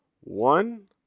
one